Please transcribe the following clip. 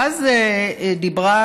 ואז דיברה